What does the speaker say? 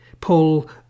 Paul